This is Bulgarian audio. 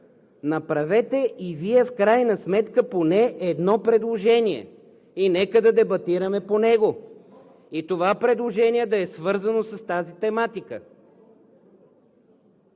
направете и Вие в крайна сметка поне едно предложение и нека да дебатираме по него! И това предложение да е свързано с тази тематика!